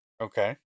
Okay